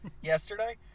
yesterday